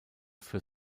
für